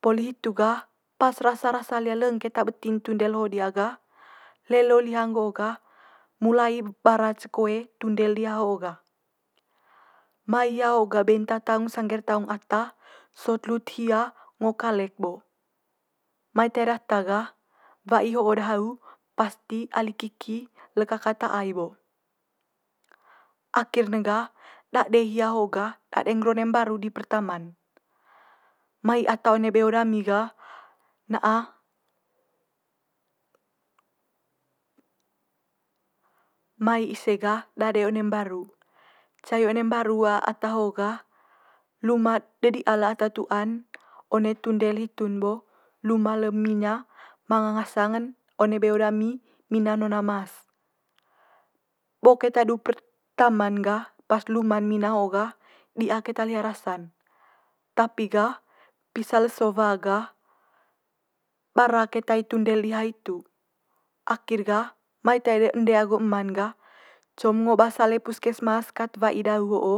Poli hitu gah pas rasa rasa liha leng keta beti'n tundel ho diha gah lelo liha nggo gah mulai bara ce koe tundel diha ho'o gah. Mai hia ho gah benta taung sangge'r taung ata sot lut hia ngo kalek bo. Mai tae data gah wa'i ho'o de hau pasti ali kiki le kaka ta'a i bo. Akhir ne gah dade hia ho'o gah dade ngger one mbaru di pertama'n, mai ata one beo dami gah na'a mai ise gah dade one mbaru. Cai one mbaru a- ata ho'o gah luma de di'a lata tu'an one tundel hitu'n bo luma le mina manga ngasang'n one beo dami mina nona mas. Bo keta du pertama'n gah pas luma'n mina ho'o gah di'a keta liha rasa'n. Tapi gah pisa leso wa gah bara keta i tundel diha hitu. Akhir gah mai tae de ende agu ema'n gah co'm ngo ba sale puskesmas kat wa'i de hau ho'o